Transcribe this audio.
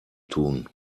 tun